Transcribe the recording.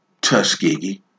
Tuskegee